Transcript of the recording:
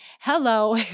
hello